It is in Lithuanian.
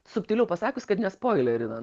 subtiliau pasakius kad ne spoilerinam